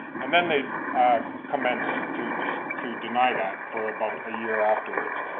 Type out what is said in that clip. and then they commenced to to deny that for about a year afterwards.